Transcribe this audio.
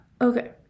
okay